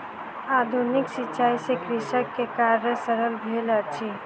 आधुनिक सिचाई से कृषक के कार्य सरल भेल अछि